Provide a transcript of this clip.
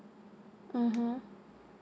mmhmm